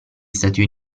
stati